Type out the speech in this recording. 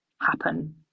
happen